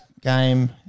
game